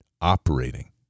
operating